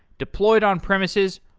deployed on premises,